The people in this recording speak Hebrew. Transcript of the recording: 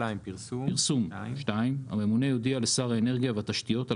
פרסום הממונה יודיע לשר האנרגיה והתשתיות על